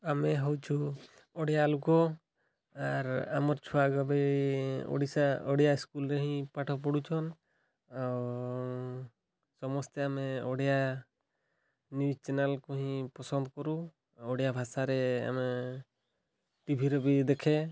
ଆମେ ହେଉଛୁ ଓଡ଼ିଆ ଲୋକ ଆର୍ ଆମର୍ ଛୁଆଙ୍କୁ ବି ଓଡ଼ିଶା ଓଡ଼ିଆ ସ୍କୁଲରେ ହିଁ ପାଠ ପଢ଼ୁଛନ୍ ଆଉ ସମସ୍ତେ ଆମେ ଓଡ଼ିଆ ନ୍ୟୁଜ୍ ଚ୍ୟାନେଲକୁ ହିଁ ପସନ୍ଦ କରୁ ଓଡ଼ିଆ ଭାଷାରେ ଆମେ ଟିଭିରେ ବି ଦେଖେ